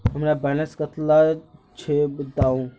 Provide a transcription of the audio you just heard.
हमार बैलेंस कतला छेबताउ?